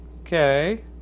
Okay